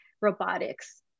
robotics